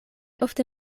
ofte